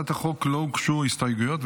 להצעת החוק לא הוגשו הסתייגויות,